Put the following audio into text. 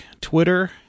Twitter